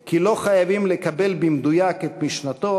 כי לא חייבים לקבל במדויק את משנתו,